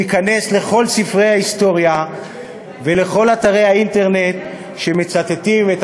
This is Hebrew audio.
תיכנס לכל ספרי ההיסטוריה ולכל אתרי האינטרנט שמצטטים את